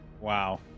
Wow